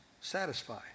satisfy